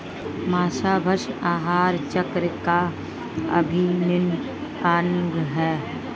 माँसभक्षण आहार चक्र का अभिन्न अंग है